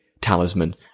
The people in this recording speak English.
talisman